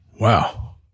Wow